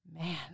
Man